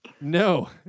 No